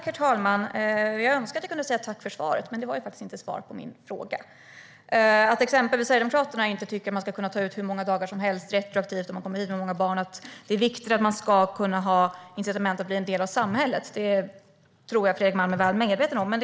Herr talman! Jag önskar att jag kunde tacka för svaret, men det var faktiskt inte svar på min fråga. Att exempelvis Sverigedemokraterna inte tycker att man ska kunna ta ut hur många dagar som helst retroaktivt när man kommer hit med många barn och att det är viktigt att det finns incitament att bli en del av samhället tror jag Fredrik Malm är väl medveten om.